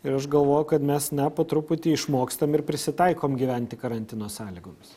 ir aš galvoju kad mes na po truputį išmokstam ir prisitaikom gyventi karantino sąlygomis